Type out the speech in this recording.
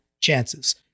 chances